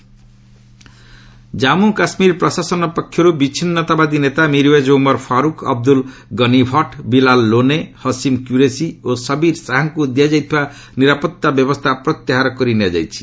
JK security Jammu Kashmir ପ୍ରଶାସନ ପକ୍ଷରୁ ବିଚ୍ଛିନ୍ନତାବାଦୀ ନେତା ମିରଓ୍ବେଜ ଉମର ଫାରୁକ ଅବଦୁଲ ଗନିଭଟ ବିଲାଲ ଲୋନେ ହସିମ କ୍ୟୁରେସି ଓ ସବିର ଶାହାଙ୍କୁ ଦିଆଯାଇଥିବା ନିରାପତ୍ତା ବ୍ୟବସ୍ଥା ପ୍ରତ୍ୟାହାର କରିନିଆଯାଇଛି